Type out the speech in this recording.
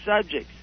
subjects